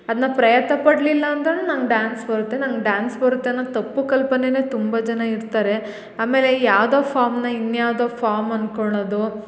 ಅದನ್ನ ಪ್ರಯತ್ನ ಪಡಲಿಲ್ಲ ಅಂದರೆ ನನ್ಗೆ ಡಾನ್ಸ್ ಬರುತ್ತೆ ನಂಗೆ ಡಾನ್ಸ್ ಬರುತ್ತೆ ಅನ್ನೋದು ತಪ್ಪು ಕಲ್ಪನೆ ತುಂಬ ಜನ ಇರ್ತಾರೆ ಆಮೇಲೆ ಯಾವುದೋ ಫಾಮ್ನ ಇನ್ಯಾವುದೋ ಫಾಮ್ ಅನ್ಕೋಳೊದು